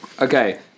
Okay